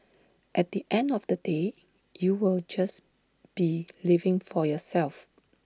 at the end of the day you'll just be living for yourself